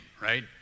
right